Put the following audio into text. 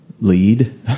lead